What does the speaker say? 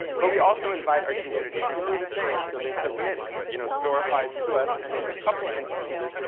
but we also invite our community to do the same, so they submit you know storifys to us. and in a couple instances,